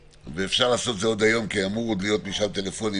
ואפשר לעשות את זה עוד היום כי אמור להיות משאל טלפוני,